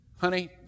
Honey